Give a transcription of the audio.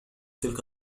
تلك